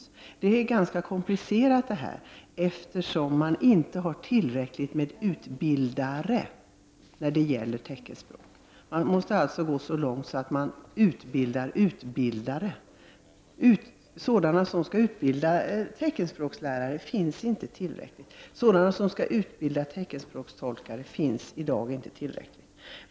Situationen är komplicerad, eftersom det inte finns tillräckligt med utbildare när det gäller teckenspråk. Det måste alltså utbildas utbildare, men det finns inte tillräckligt många sådana som kan utbilda teckenspråkslärare och teckenspråkstolkar.